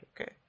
Okay